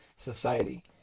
society